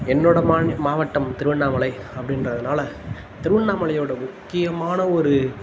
என்னோடய மாநி மாவட்டம் திருவண்ணாமலை அப்படின்றதுனால திருவண்ணாமலையோடய முக்கியமான ஒரு